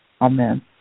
Amen